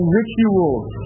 rituals